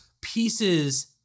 pieces